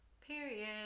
Period